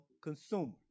consumer